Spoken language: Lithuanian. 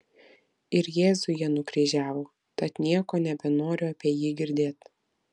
ir jėzų jie nukryžiavo tad nieko nebenoriu apie jį girdėt